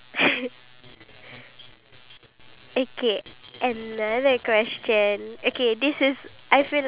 that I don't think so a lot of people can are able to answer this question okay